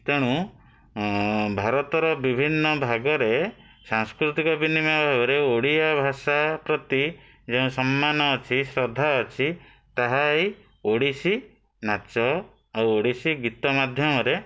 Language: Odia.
ତେଣୁ ଭାରତର ବିଭିନ୍ନ ଭାଗରେ ସାଂସ୍କୃତିକ ବିନିମୟରେ ଓଡ଼ିଆ ଭାଷା ପ୍ରତି ଯେଉଁ ସମ୍ମାନ ଅଛି ଶ୍ରଦ୍ଧା ଅଛି ତାହା ଏଇ ଓଡ଼ିଶୀ ନାଚ ଆଉ ଓଡ଼ିଶୀ ଗୀତ ମାଧ୍ୟମରେ